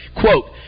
Quote